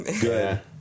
Good